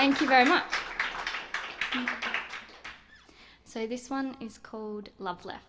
thank you very much say this one is code love